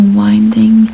winding